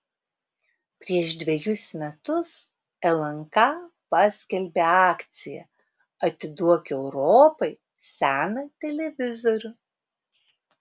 prieš dvejus metus lnk paskelbė akciją atiduok europai seną televizorių